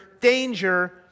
danger